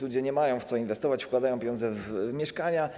Ludzie nie mają w co inwestować, wkładają pieniądze w mieszkania.